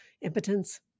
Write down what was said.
impotence